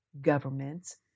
governments